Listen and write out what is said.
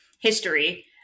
history